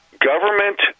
Government